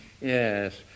Yes